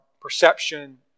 perception